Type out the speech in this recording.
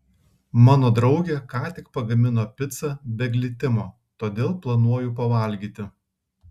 mano draugė ką tik pagamino picą be glitimo todėl planuoju pavalgyti